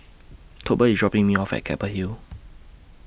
Tolbert IS dropping Me off At Keppel Hill